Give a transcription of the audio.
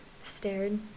stared